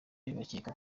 bakeka